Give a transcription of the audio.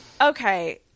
okay